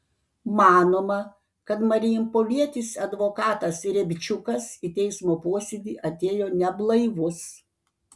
manoma kad marijampolietis advokatas riabčiukas į teismo posėdį atėjo neblaivus